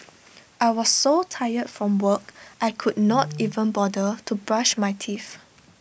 I was so tired from work I could not even bother to brush my teeth